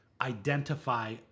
identify